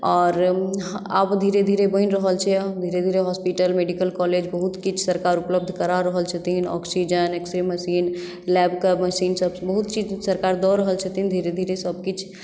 आओर आब धीरे धीर बनि रहल छै धीरे धीरे हॉस्पिटल मेडिकल कॉलेज बहुत किछु सरकार उपलब्ध करा रहल छथिन ऑक्सिजन एक्स रे मशीन लैबक मशीन सभ बहुत चीज सरकार दऽ रहल छथिन धीरे धीरे सभ किछु